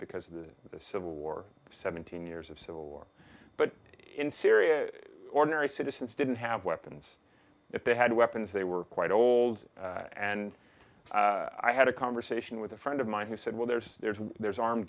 because of the the civil war seventeen years of civil war but in syria ordinary citizens didn't have weapons if they had weapons they were quite old and i had a conversation with a friend of mine who said well there's there's there's armed